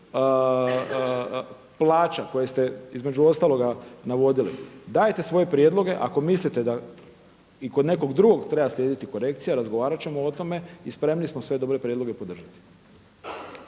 plaća koje ste između ostaloga navodili, dajte svoje prijedloge ako mislite da i kod nekog drugog treba slijediti korekcije, razgovarat ćemo o tome i spremni smo sve dobre prijedloge podržati.